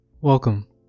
Welcome